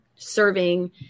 serving